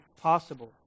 possible